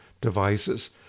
devices